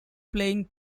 playing